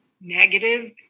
negative